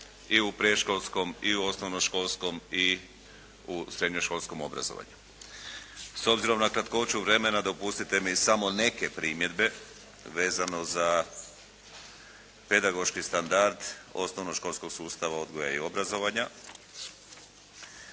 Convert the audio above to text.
i u predškolskom, i u osnovnoškolskom i u srednjoškolskom obrazovanju. S obzirom na kratkoću vremena dopustite mi samo neke primjedbe vezano za pedagoški standard osnovnoškolskog sustava odgoja i obrazovanja.